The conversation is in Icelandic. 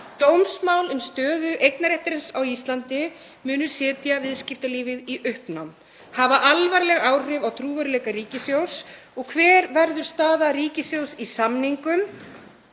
Dómsmál um stöðu eignarréttarins á Íslandi muni setja viðskiptalífið í uppnám, hafa alvarleg áhrif á trúverðugleika ríkissjóðs. Og hver verður staða ríkissjóðs í samningum